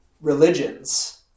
religions